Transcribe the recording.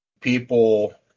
people